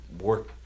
work